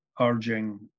urging